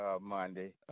Monday